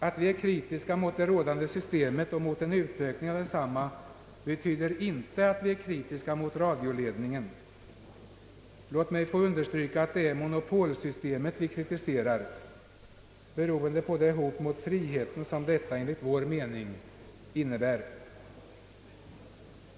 Att vi är kritiska mot det rådande systemet och mot en utökning av detsamma betyder inte att vi är kritiska mot radioledningen. Låt mig få understryka att det är monopolsystemet vi kritiserar, beroende på det hot mot friheten som detta enligt vår mening innebär.